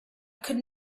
could